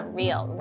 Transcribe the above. real